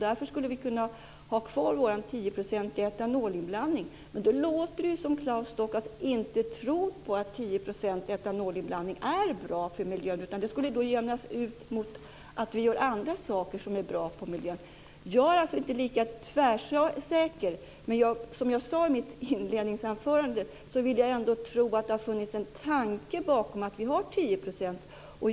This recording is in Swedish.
Därför skulle vi kunna ha kvar vår 10-procentiga etanolinblandning, menar han. Det låter ju som att Claes Stockhaus inte tror att 10 % etanolinblandning är bra för miljön, eftersom det skulle jämnas ut mot att vi gör andra saker som är bra för miljön. Jag är alltså inte lika tvärsäker, men som jag sade i mitt inledningsanförande vill jag ändå tro att det har funnits en tanke bakom att vi har 10 %.